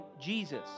Jesus